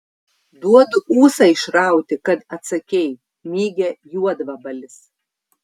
duodu ūsą išrauti kad atsakei mygia juodvabalis